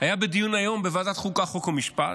היה בדיון היום בוועדת החוקה, חוק ומשפט,